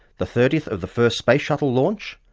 the thirtieth of the first space shuttle launch,